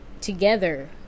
together